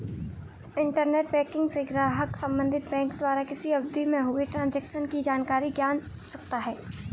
internet banking से ग्राहक संबंधित बैंक द्वारा किसी अवधि में हुए ट्रांजेक्शन की जानकारी जान सकता है